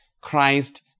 Christ